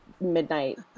midnight